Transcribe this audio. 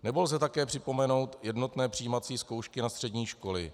Nebo lze také připomenout jednotné přijímací zkoušky na střední školy.